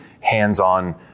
hands-on